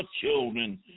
children